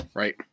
right